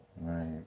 Right